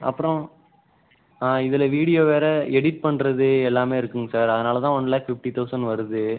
அப்புறம் இதில் வீடியோ வேறு எடிட் பண்ணுறது எல்லாமே இருக்குதுங்க சார் அதனால தான் ஒன் லேக் ஃபிஃப்ட்டி தௌசண்ட் வருது